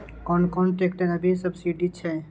कोन कोन ट्रेक्टर अभी सब्सीडी छै?